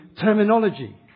terminology